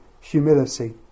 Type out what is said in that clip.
humility